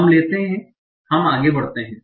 हम लेते है हम आगे बढ़ते है